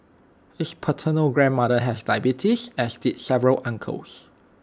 his paternal grandmother had diabetes as did several uncles